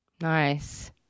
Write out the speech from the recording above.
Nice